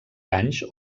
anys